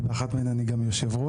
ובאחת מהן אני גם יושב-ראש,